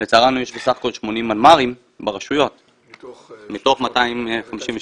לצערנו יש בסך הכול 80 מנמ"רים ברשויות מתוך 256 רשויות,